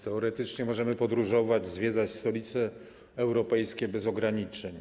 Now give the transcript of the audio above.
Teoretycznie możemy podróżować, zwiedzać stolice europejskie bez ograniczeń.